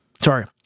Sorry